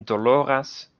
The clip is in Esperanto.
doloras